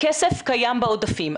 הכסף קיים בעודפים.